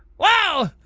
wow,